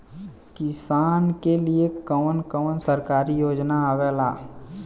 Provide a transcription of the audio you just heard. किसान के लिए कवन कवन सरकारी योजना आवेला?